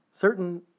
certain